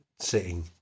sitting